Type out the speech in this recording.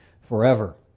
forever